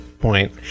point